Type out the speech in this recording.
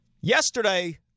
Yesterday